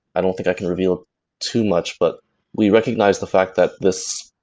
i don't think i can reveal too much, but we recognize the fact that this,